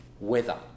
weather